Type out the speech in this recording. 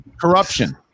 Corruption